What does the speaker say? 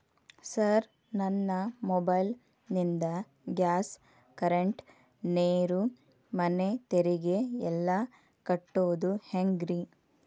Sir ನನ್ನ mobile ನಿಂದ gas, current, ನೇರು, ಮನೆ ತೆರಿಗೆ ಎಲ್ಲಾ ಕಟ್ಟೋದು ಹೆಂಗ್ರಿ?